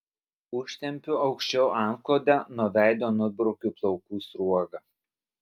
užtempiu aukščiau antklodę nuo veido nubraukiu plaukų sruogą